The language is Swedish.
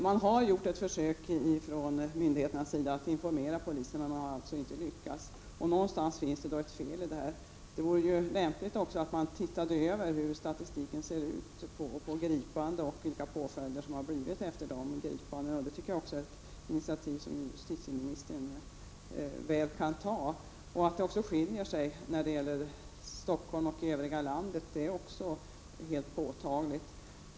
Det har gjorts ett försök från myndigheternas sida att informera polisen som har misslyckats, och då finns det ett fel någonstans. Det vore också lämpligt att se över statistiken för gripanden och påföljder efter gripandena. Det är ett initiativ som justitieministern kan ta. Det är också påtagligt att det är skillnader mellan Stockholm och övriga landet.